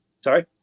Sorry